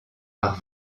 par